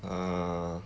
uh